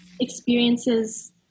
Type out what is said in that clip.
experiences